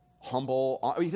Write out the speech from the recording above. humble